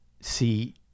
see